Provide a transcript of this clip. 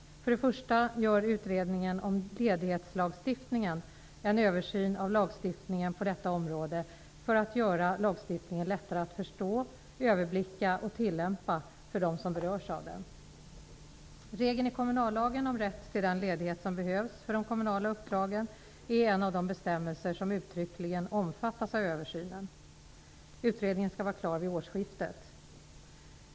För det första gör Utredningen om ledighetslagstiftningen en översyn av lagstiftningen på detta område i syfte att göra lagstiftningen lättare att förstå, överblicka och tillämpa för dem som berörs av den. Regeln i kommunallagen om rätt till den ledighet som behövs för de kommunala uppdragen är en av de bestämmelser som uttryckligen omfattas av översynen. Utredningen skall vara klar till årsskiftet.